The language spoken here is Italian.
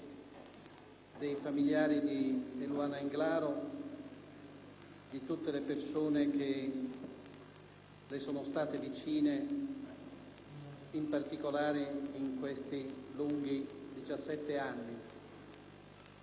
di tutte le persone che le sono state vicine, in particolare in questi lunghi diciassette anni. Abbiamo sempre